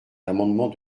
amendement